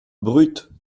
brutes